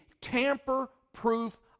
tamper-proof